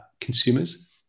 consumers